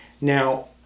Now